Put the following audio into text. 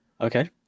Okay